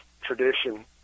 tradition